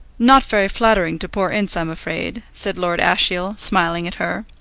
not very flattering to poor ince i'm afraid, said lord ashiel, smiling at her.